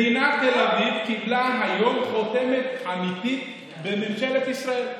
מדינת תל אביב קיבלה היום חותמת אמיתית בממשלת ישראל.